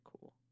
cool